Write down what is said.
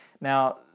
Now